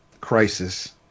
Crisis